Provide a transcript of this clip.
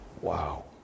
Wow